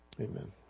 amen